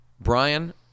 Brian